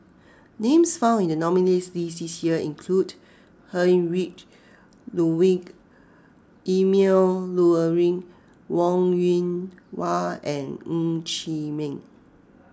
names found in the nominees' list this year include Heinrich Ludwig Emil Luering Wong Yoon Wah and Ng Chee Meng